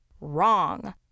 Wrong